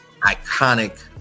iconic